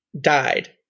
died